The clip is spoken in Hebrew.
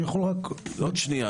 אני יכול רק --- עוד שנייה,